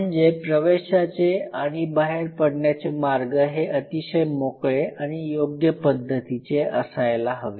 म्हणजे प्रवेशाचे आणि बाहेर पडण्याचे मार्ग हे अतिशय मोकळे आणि योग्य पद्धतीचे असायला हवे